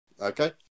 Okay